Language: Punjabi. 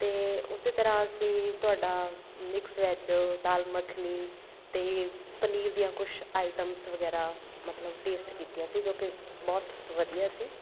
ਅਤੇ ਉਸ ਤਰ੍ਹਾਂ ਅਸੀਂ ਤੁਹਾਡਾ ਮਿਕਸ ਵੈੱਜ ਦਾਲ ਮੱਖਣੀ ਅਤੇ ਪਨੀਰ ਦੀਆਂ ਕੁਛ ਆਈਟਮਸ ਵਗੈਰਾ ਮਤਲਬ ਟੇਸਟ ਕੀਤੀਆਂ ਸੀ ਜੋ ਕਿ ਬਹੁਤ ਵਧੀਆ ਸੀ